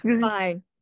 fine